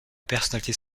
personnalité